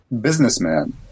businessman